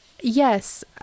Yes